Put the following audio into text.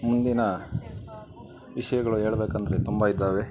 ಮುಂದಿನ ವಿಷಯಗಳು ಹೇಳ್ಬೇಕಂದ್ರೆ ತುಂಬ ಇದಾವೆ